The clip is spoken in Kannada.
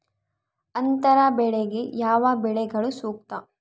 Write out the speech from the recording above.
ಅಂತರ ಬೆಳೆಗೆ ಯಾವ ಬೆಳೆಗಳು ಸೂಕ್ತ?